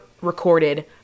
recorded